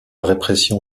répression